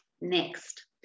Next